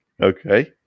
Okay